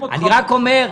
אני רק אומר,